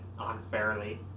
unfairly